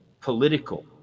political